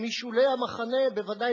משולי המחנה בוודאי,